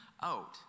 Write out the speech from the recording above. out